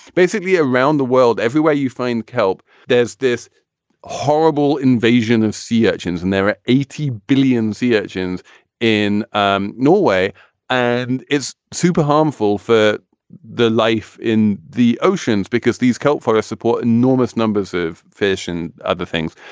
basically around the world. everywhere you find kelp, there's this horrible invasion of sea urchins and there are eighty billion sea urchins in um norway. and it's super harmful for the life in the oceans because these coat for us support enormous numbers of fish and other things.